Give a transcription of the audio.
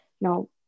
no